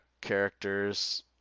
characters